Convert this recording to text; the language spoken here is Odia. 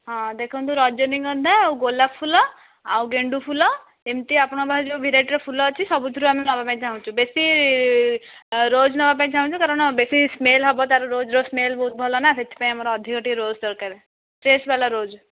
ହଁ ଦେଖନ୍ତୁ ରଜନୀଗନ୍ଧା ଆଉ ଗୋଲାପ ଫୁଲ ଆଉ ଗେଣ୍ଡୁ ଫୁଲ ଯେମିତି ଆପଣଙ୍କ ପାଖରେ ଯେଉଁ ଭେରାଇଟିର ଫୁଲ ଅଛି ସବୁଥୁରୁ ଆମେ ନେବା ପାଇଁ ଚାହୁଁଛୁ ବେଶୀ ରୋଜ୍ ନେବା ପାଇଁ ଚାହୁଁଛୁ କାରଣ ବେଶୀ ସ୍ମେଲ୍ ହେବ ତା'ର ରୋଜ୍ର ସ୍ମେଲ୍ ବହୁତ ଭଲ ନା ତ ସେଥିପାଇଁ ଆମର ଅଧିକ ଟିକେ ରୋଜ୍ ଦରକାର ଫ୍ରେସ୍ ବାଲା ରୋଜ୍